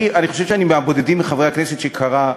אני חושב שאני מהבודדים מבין חברי הכנסת שקראו